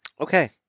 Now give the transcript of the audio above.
Okay